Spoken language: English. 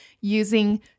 using